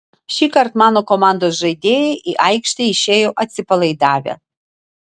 šįkart mano komandos žaidėjai į aikštę išėjo atsipalaidavę